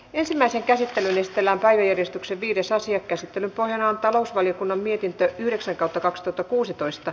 ensimmäisen käsittelylistalla päivystyksen viides asian käsittelyn pohjana on talousvaliokunnan mietintöä yhdeksi kato kaks tyttö kuusitoista